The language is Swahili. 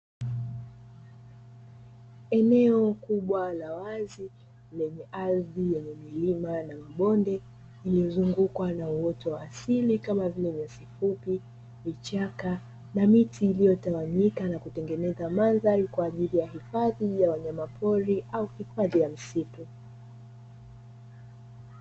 Eneo kubwa la wazi lenye ardhi yenye milima na mabonde lililozungukwa na uoto wa asili kama vile; nyasi fupi, vichaka na miti iliyotawanyika kutengeneza mandhari ya kwa ajili ya hifadhi ya wanyama pori au hifadhi ya msitu.